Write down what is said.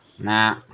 Nah